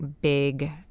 big